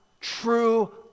true